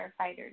firefighters